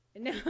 No